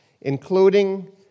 including